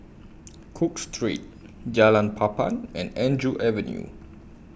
Cook Street Jalan Papan and Andrew Avenue